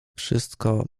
wszystko